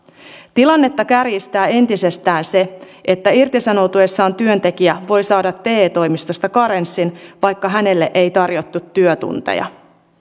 tilannetta kärjistää entisestään se että irtisanoutuessaan työntekijä voi saada te toimistosta karenssin vaikka hänelle ei tarjottu työtunteja